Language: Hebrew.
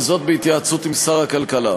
וזאת בהתייעצות עם שר הכלכלה.